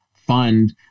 Fund